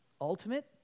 ultimate